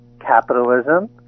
capitalism